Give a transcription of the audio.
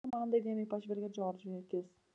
amanda įdėmiai pažvelgė džordžui į akis